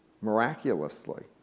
miraculously